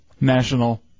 national